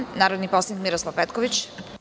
Reč ima narodni poslanik Miroslav Petković.